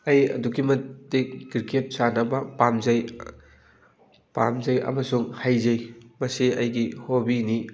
ꯑꯩ ꯑꯗꯨꯛꯀꯤ ꯃꯇꯤꯛ ꯀ꯭ꯔꯤꯀꯦꯠ ꯁꯥꯟꯅꯕ ꯄꯥꯝꯖꯩ ꯄꯥꯝꯖꯩ ꯑꯃꯁꯨꯡ ꯍꯩꯖꯩ ꯃꯁꯤ ꯑꯩꯒꯤ ꯍꯣꯕꯤꯅꯤ